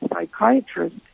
psychiatrist